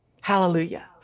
Hallelujah